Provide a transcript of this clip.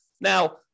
Now